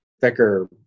thicker